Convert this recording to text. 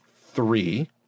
Three